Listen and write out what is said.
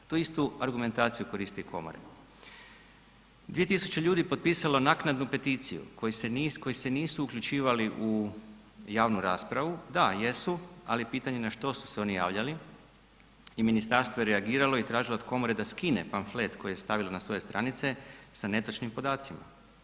Tu istu argumentaciju koristi i komora, 2000 ljudi potpisalo naknadnu peticiju koji se nisu uključivali u javnu raspravu, da jesu, ali pitanje je na što su se oni javljali i ministarstvo je reagiralo i tražilo od komore da skine pamflet koje je stavilo na svoje stranice sa netočnim podacima.